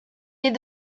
est